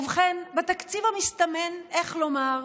ובכן, בתקציב המסתמן, איך לומר,